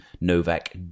Novak